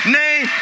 name